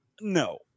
No